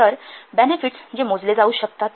तर बेनेफिट्स जे मोजले जाऊ शकतात